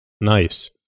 nice